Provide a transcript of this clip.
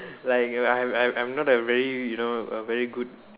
like uh I'm I'm I'm not a very you know a very good